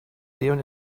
leon